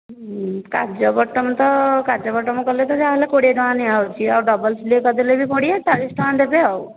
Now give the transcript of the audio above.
କାଜ button ତ କାଜ button କଲେ ତ ଯାହେଲେ କୋଡ଼ିଏ ଟଙ୍କା ନିଆହେଉଛି ଆଉ ଡବଲ୍ ସିଲେଇ କରିଦେଲେ ବି କୋଡ଼ିଏ ଚାଳିଶ ଟଙ୍କା ଦେବେ ଆଉ